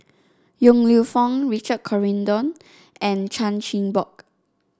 Yong Lew Foong Richard Corridon and Chan Chin Bock